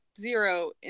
zero